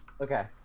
Okay